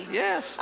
yes